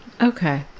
Okay